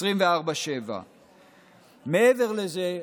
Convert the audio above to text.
24/7. מעבר לזה,